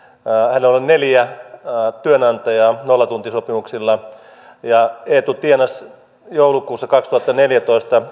hänellä oli neljä työnantajaa nollatuntisopimuksilla ja eetu tienasi kaksituhattaneljätoista